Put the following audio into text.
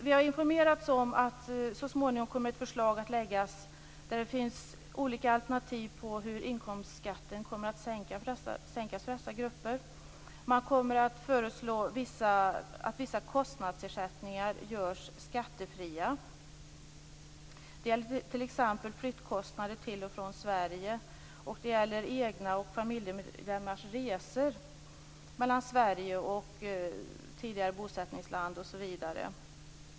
Vi har informerats om att det så småningom kommer att läggas fram ett förslag där det finns olika alternativ till hur inkomstskatten skulle kunna sänkas för dessa grupper. Man kommer att föreslå att vissa kostnadsersättningar görs skattefria. Det gäller t.ex. flyttkostnader till och från Sverige, det gäller egna och familjemedlemmars resor mellan Sverige och det tidigare bosättningslandet osv.